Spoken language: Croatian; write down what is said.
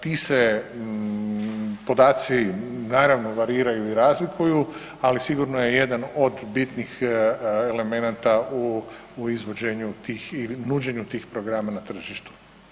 Ti se podaci naravno variraju i razlikuju ali sigurno je jedan od bitnih elemenata u izvođenju tih i nuđenju tih programa na tržištu.